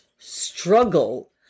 Struggle